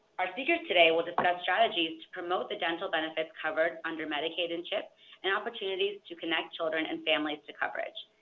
our speakers today will discuss strategies to promote the dental benefits covered under medicaid and chip and opportunities to connect children and families to coverage.